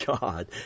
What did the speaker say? God